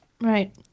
Right